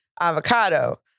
avocado